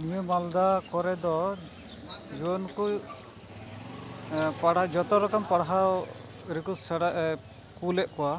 ᱱᱤᱭᱟᱹ ᱢᱟᱞᱫᱟ ᱠᱚᱨᱮ ᱫᱚ ᱡᱩᱣᱟᱹᱱ ᱠᱚ ᱡᱷᱚᱛᱚ ᱨᱚᱠᱚᱢ ᱯᱟᱲᱦᱟᱣ ᱨᱮᱠᱚ ᱠᱳᱞᱮᱫ ᱠᱚᱣᱟ